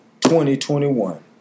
2021